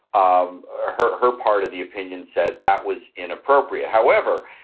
um ah hurt her. part of the opinion said that was inappropriate. however,